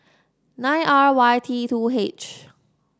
nine R Y T two H